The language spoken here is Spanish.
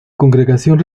congregación